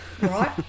Right